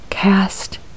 Cast